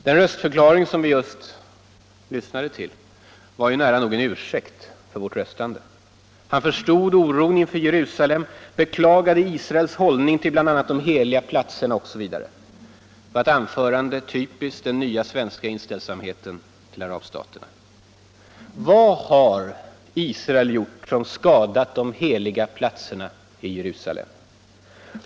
Den röstförklaring som vi just lyssnade till var ju nära nog en ursäkt för vårt röstande. Man förstod oron inför Jerusalem, beklagade Israels hållning till bl.a. de heliga platserna osv. Det var ett anförande typiskt för den nya svenska inställsamheten mot arabstaterna. Vad har Israel gjort som skadat de heliga platserna i Jerusalem?